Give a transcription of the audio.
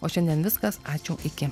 o šiandien viskas ačiū iki